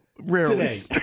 Rarely